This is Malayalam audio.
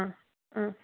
ആ ആ